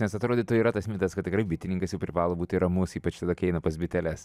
nes atrodytų yra tas mitas kad tikrai bitininkas jau privalo būti ramus ypač tada kai eina pas biteles